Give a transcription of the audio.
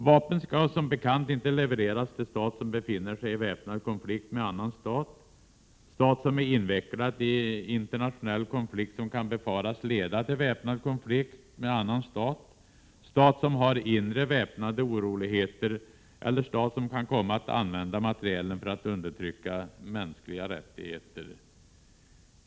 Vapen skall som bekant inte levereras till stat som befinner sig i väpnad konflikt med annan stat, stat som är invecklad i internationell konflikt som kan befaras leda till väpnad konflikt med annan stat, stat som har inre väpnade oroligheter eller stat som kan komma att använda materielen för att undertrycka mänskliga rättigheter.